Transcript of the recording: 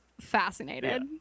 fascinated